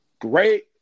Great